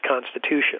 Constitution